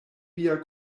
via